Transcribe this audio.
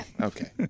Okay